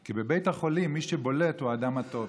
כי בבית החולים מי שבולט הוא האדם הטוב.